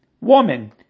Woman